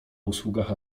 usługach